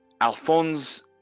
Alphonse